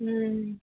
ହୁଁ